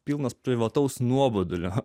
pilna privataus nuobodulio